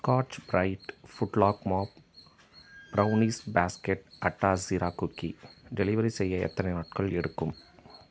Scotch Brite ஃபுட்லாக் mop brownies basket atta jeera cookie delivery செய்ய எத்தனை நாட்கள் எடுக்கும்